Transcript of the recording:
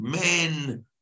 men